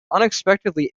unexpectedly